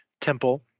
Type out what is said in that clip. temple